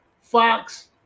Fox